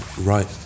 Right